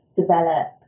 develop